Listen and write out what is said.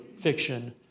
fiction